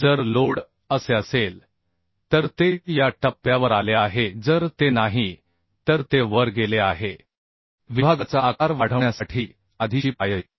जर लोड असे असेल तर ते या टप्प्यावर आले आहे जर ते नाही तर ते वर गेले आहे विभागाचा आकार वाढवण्यासाठी आधीची पायरी